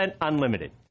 unlimited